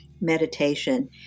meditation